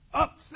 upset